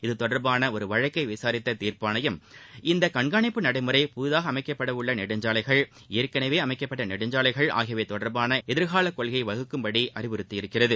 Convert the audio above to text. இது தொடர்பான ஒரு வழக்கை விசாரித்த தீர்ப்பாயம் இந்த கண்காணிப்பு நடைமுறை புதிதாக அமைக்கப்பட உள்ள நெடுஞ்சாலைகள் ஏற்களவே அமைக்கப்பட்ட நெடுஞ்சாலைகள் ஆகியவை தொடர்பான எதிர்கால கொள்கையை வகுக்கும்படியும் அறிவுறுத்தியிருக்கிறது